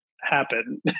happen